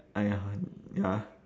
!aiya! ya